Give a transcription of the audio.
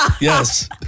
Yes